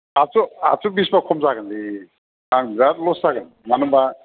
आदस' आदस'बिस बा खम जागोनलै आं बिराद लस जागोन मानो होनबा